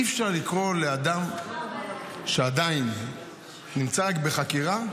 אי-אפשר לקרוא לאדם שעדיין נמצא רק בחקירה,